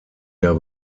der